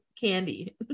candy